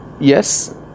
Yes